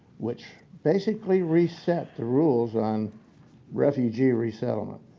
which basically reset the rules on refugee resettlement.